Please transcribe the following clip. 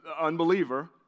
unbeliever